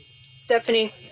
Stephanie